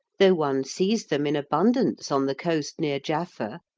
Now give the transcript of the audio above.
though one sees them in abundance on the coast near jaffa,